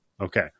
Okay